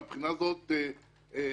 מהבחינה הזאת החשיבות